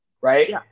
Right